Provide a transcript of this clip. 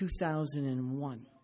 2001